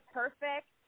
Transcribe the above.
perfect